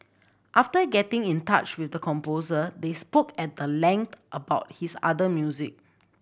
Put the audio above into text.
after getting in touch with the composer they spoke at the length about his other music